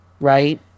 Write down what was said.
right